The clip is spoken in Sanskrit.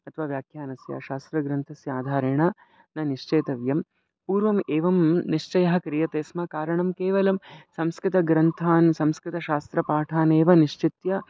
अथवा व्याख्यानस्य शास्त्रग्रन्थस्य आधारेण न निश्चेतव्यं पूर्वम् एवं निश्चयः क्रियते स्म कारणं केवलं संस्कृतग्रन्थान् संस्कृतशास्त्रपाठानेव निश्चित्य